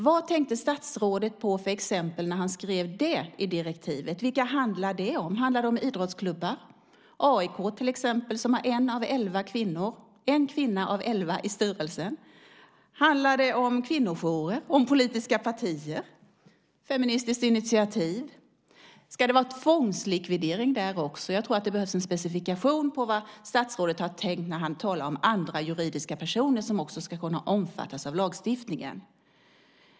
Vad tänkte statsrådet på för exempel när han skrev det i direktivet? Vilka handlar det om? Handlar det om idrottsklubbar, AIK till exempel, som har en kvinna av elva i styrelsen? Handlar det om kvinnojourer, om politiska partier? Feministiskt initiativ - ska det vara tvångslikvidering där också? Jag tror att det behövs en specifikation på vad statsrådet har tänkt när han talar om andra juridiska personer som också ska kunna omfattas av lagstiftningen.